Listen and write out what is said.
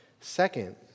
Second